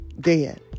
dead